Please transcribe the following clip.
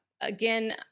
again